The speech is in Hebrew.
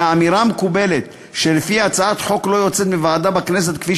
והאמירה המקובלת שלפיה הצעת חוק לא יוצאת מוועדה בכנסת כפי